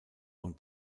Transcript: und